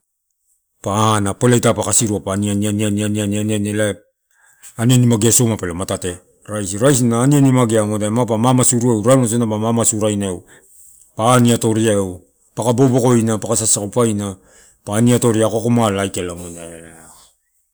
Pa ana poleta pa kasiu pa aniani aniani aniani aniani elae aniani magea soma pelo matate. Rais, raisi na aniani magea ma pa mama surueu, raremai rodina pa mamasuraeinaeu, pa aniatoriaeu. Paka bobokoia paka sasakopaina, pa aniatoria akoako mala aikala.